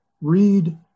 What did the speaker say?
read